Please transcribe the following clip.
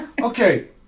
Okay